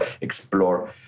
explore